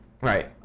right